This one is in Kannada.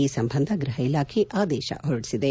ಈ ಸಂಬಂಧ ಗೃಹ ಇಲಾಖೆ ಆದೇಶ ಹೊರಡಿಸಿದೆ